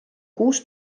kuus